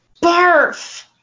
barf